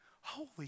holy